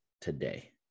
today